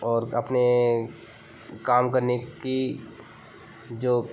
और अपने काम करने की जो